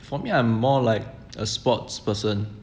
for me I'm more like a sports person